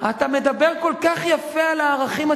אתה מדבר כל כך יפה על הערכים הציוניים,